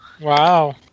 Wow